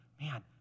man